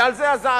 ועל זה הזעקה.